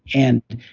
and